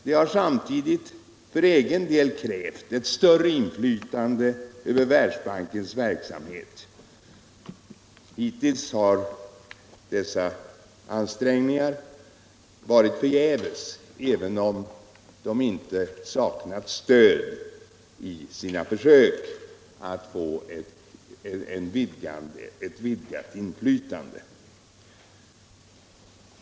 De har samtidigt för egen del krävt ett större inflytande över Världsbankens verksamhet. Hittills har dessa ansträngningar varit förgäves, även om u-länderna inte saknat stöd i sina försök au få ett vidgat in Internationellt utvecklingssamar-. flytande.